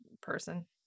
Person